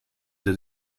that